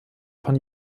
von